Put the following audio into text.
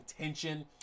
tension